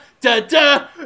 da-da